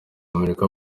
amerika